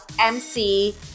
mc